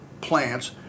plants